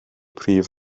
prif